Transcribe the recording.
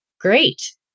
Great